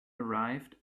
arrived